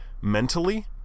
mentally